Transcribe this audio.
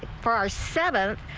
for our seven.